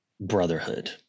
brotherhood